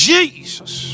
Jesus